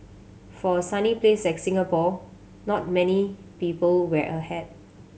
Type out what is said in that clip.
for a sunny place like Singapore not many people wear a hat